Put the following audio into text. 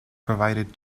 provided